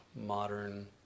modern